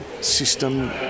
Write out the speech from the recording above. system